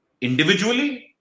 individually